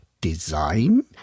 design